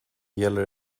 gäller